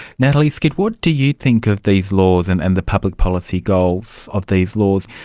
natalie skead, what do you think of these laws and and the public policy goals of these laws?